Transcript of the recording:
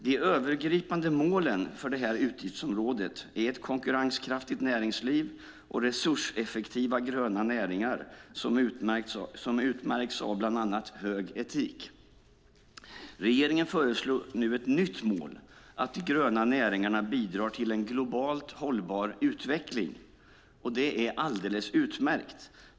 De övergripande målen för utgiftsområdet är ett konkurrenskraftigt näringsliv och resurseffektiva gröna näringar som utmärks av bland annat hög etik. Regeringen föreslår nu ett nytt mål, att de gröna näringarna ska bidra till en globalt hållbar utveckling. Det är alldeles utmärkt.